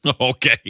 Okay